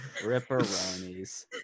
Ripperonis